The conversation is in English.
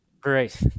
Great